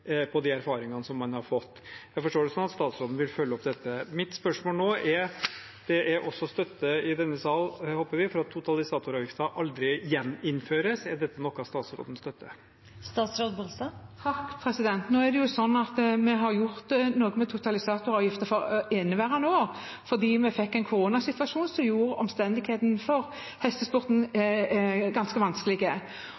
på bakgrunn av de erfaringene man har fått. Jeg forstår det sånn at statsråden vil følge opp dette. Mitt spørsmål nå er, for det er også støtte i denne sal, håper vi, for at totalisatoravgiften aldri gjeninnføres: Er det noe statsråden støtter? Vi har gjort noe med totalisatoravgiften for inneværende år fordi vi fikk en koronasituasjon som gjorde omstendighetene for